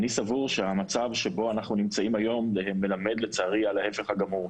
אני סבור שהמצב שבו אנחנו נמצאים היום מלמד לצערי על ההיפך הגמור.